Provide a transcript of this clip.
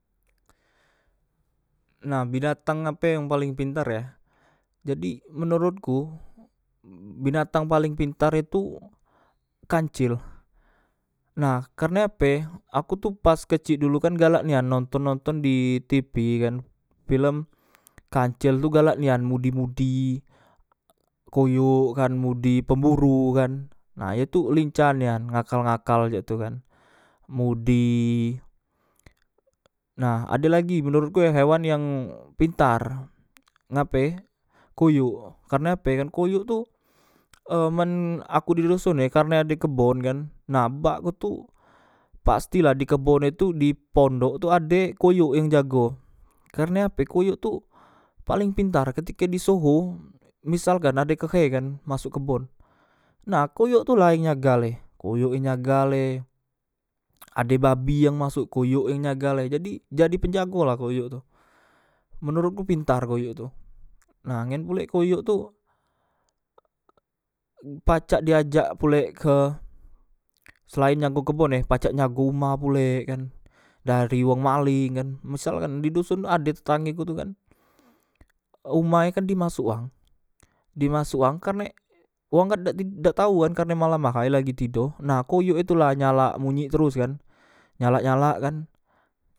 Nah binatang ape yang paleng pintar ya jadi menorotku binatang paleng pintar itu kancel nah kerne ape aku tu pas kecik dulu kan galak nian nonton nonton di tipi kan pilem kancil tu galak nian mudi mudi koyok kan mudi pemburu kan nah ye tu lincah nian ngakal ngakal cak tu kan mudi nah ade lagi menurutku hewan yang pintar ngape koyok karne ape kan koyok tu e men aku di doson e karne ade kebon kan nah bak ku tu pastilah di kebon e tu di pondok tu ade koyok yang jago karne ape koyok tu paleng pintar ketike di soho misalkan ade kehe kan masok kebon nah koyok tula yang nyagal e koyok yang nyagal e ade babi yang masok koyok yang nyagal e jadi jadi penjagolah koyok tu menorotku pintar koyok tu nah ngen pulek koyok tu pacak di ajak pule ke selaen jago kebon e pacak njago uma pulek kan dari wong maleng kan misalkan di doson tu ade tetanggeku tu kan umahe kan di masok wang di masok wang karne wang kan dak tau kan karne malam ahay lagi tido nah koyoke tula nyalak bunyi teroskan nyalak nyalak kan